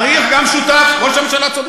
צריך גם שותף, ראש הממשלה צודק.